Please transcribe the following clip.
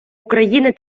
україни